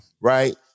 Right